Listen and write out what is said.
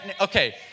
okay